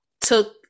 took